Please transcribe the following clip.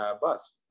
bus